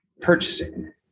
purchasing